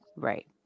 Right